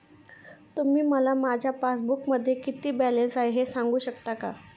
तुम्ही मला माझ्या पासबूकमध्ये किती बॅलन्स आहे हे सांगू शकता का?